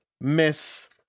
miss